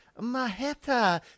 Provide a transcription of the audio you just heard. Maheta